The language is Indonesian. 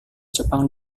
jepang